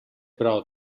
prou